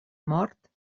mort